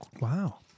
Wow